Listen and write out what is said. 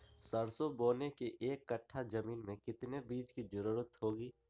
सरसो बोने के एक कट्ठा जमीन में कितने बीज की जरूरत होंगी?